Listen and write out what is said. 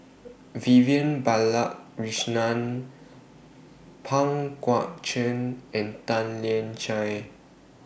Vivian Balakrishnan Pang Guek Cheng and Tan Lian Chye